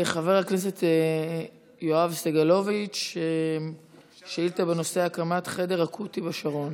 חבר הכנסת יואב סגלוביץ' שאילתה בנושא הקמת חדר אקוטי בשרון.